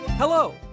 Hello